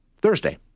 Thursday